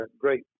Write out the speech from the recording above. great